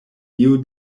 new